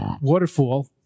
waterfall